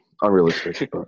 Unrealistic